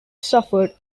suffered